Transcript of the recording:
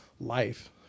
life